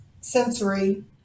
sensory